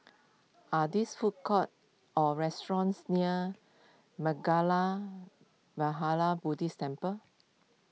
are these food courts or restaurants near Mangala Vihara Buddhist Temple